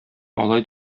алай